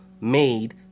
made